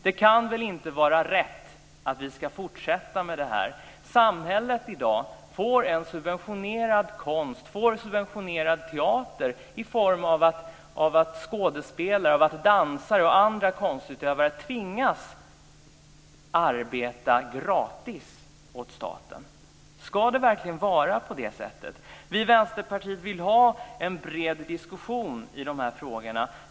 Det kan väl inte vara rätt att vi ska fortsätta med det här. Samhället i dag får en subventionerad konst, en subventionerad teater, genom att skådespelare, dansare och andra konstutövare tvingas arbeta gratis åt staten. Ska det verkligen vara på det sättet? Vi i Vänsterpartiet vill ha en bred diskussion i de här frågorna.